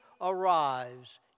arrives